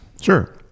Sure